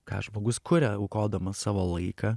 ką žmogus kuria aukodamas savo laiką